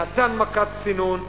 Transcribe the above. נתן מכת צינון ונעלם.